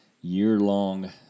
year-long